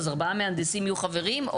אז ארבעה מהנדסים יהיו חברים?